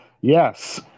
Yes